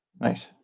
Nice